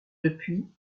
depuis